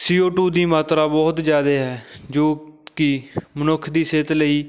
ਸੀ O two ਦੀ ਮਾਤਰਾ ਬਹੁਤ ਜ਼ਿਆਦਾ ਹੈ ਜੋ ਕਿ ਮਨੁੱਖ ਦੀ ਸਿਹਤ ਲਈ